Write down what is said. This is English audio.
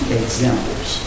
examples